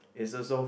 is also